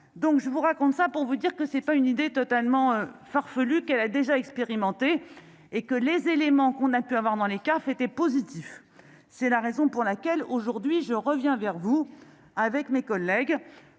donc je vous raconte ça pour vous dire que c'est pas une idée totalement farfelue qu'elle a déjà expérimenté, et que les éléments qu'on a pu avoir dans les CAF étaient positif, c'est la raison pour laquelle aujourd'hui je reviens vers vous avec mes collègues